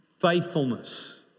faithfulness